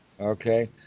Okay